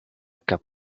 cup